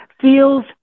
feels